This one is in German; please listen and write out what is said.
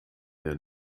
der